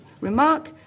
remark